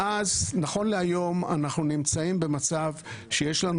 נכון להיום אנחנו נמצאים במצב שיש לנו